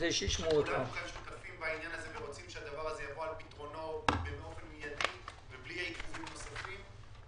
ורוצים שהדבר הזה יבוא על פתרונו באופן מיידי ובלי עיכובים נוספים,